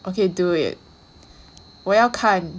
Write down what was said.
okay do it 我要看